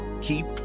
keep